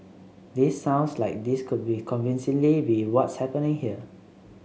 this sounds like this could be convincingly be what's happening here